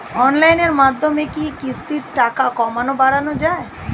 অনলাইনের মাধ্যমে কি কিস্তির টাকা কমানো বাড়ানো যায়?